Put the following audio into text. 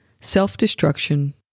self-destruction